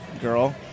girl